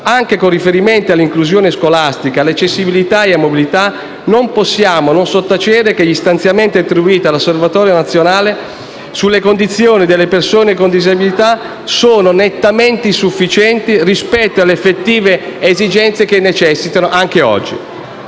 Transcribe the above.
anche con riferimento all'inclusione scolastica, all'accessibilità e alla mobilità, non possiamo non sottacere che gli stanziamenti attribuiti all'Osservatorio nazionale sulle condizioni delle persone con disabilità sono nettamente insufficienti rispetto alle effettive esigenze che necessitano anche oggi.